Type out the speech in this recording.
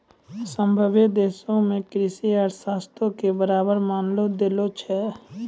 सभ्भे देशो मे कृषि अर्थशास्त्रो के बराबर मान देलो जाय छै